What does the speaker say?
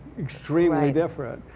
extremely different.